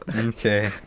Okay